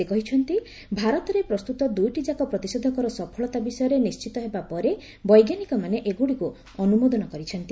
ସେ କହିଛନ୍ତି ଭାରତରେ ପ୍ରସ୍ତୁତ ଦୁଇଟିଯାକ ପ୍ରତିଷେଧକର ସଫଳତା ବିଷୟରେ ନିଣ୍ଚିତ ହେବା ପରେ ବୈଜ୍ଞାନିକମାନେ ଏଗୁଡ଼ିକୁ ଅନୁମୋଦନ କରିଛନ୍ତି